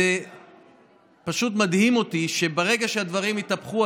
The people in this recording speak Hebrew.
זה פשוט מדהים אותי שברגע שהדברים התהפכו,